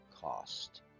cost